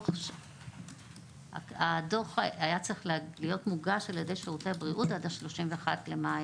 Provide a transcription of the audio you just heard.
הדוח היה צריך להיות מוגש על ידי שירותי הבריאות עד ה-31 במאי.